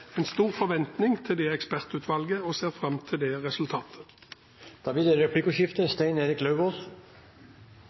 stor forventning til ekspertutvalget og ser fram til det resultatet. Det blir replikkordskifte.